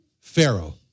Pharaoh